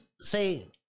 say